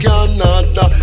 Canada